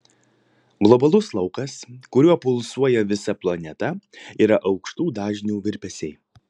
globalus laukas kuriuo pulsuoja visa planeta yra aukštų dažnių virpesiai